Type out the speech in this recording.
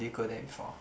did you go there before